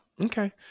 okay